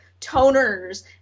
toners